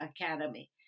Academy